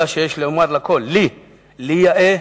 אלא שיש לומר לכול, לי יאה